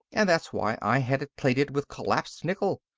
and that's why i had it plated with collapsed nickel.